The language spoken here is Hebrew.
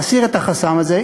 להסיר את החסם הזה,